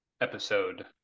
episode